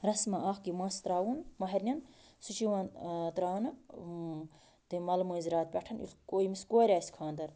رَسما اَکھ یہِ مَس تراوُن مہِرِنیٚن سُہ چھُ یِوان تراونہٕ تٔمۍ مَلہٕ مٲنٛز راتھ پٮ۪ٹھ یُس کو ییٚمِس کورِ آسہِ خانٛدَر